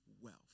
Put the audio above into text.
wealth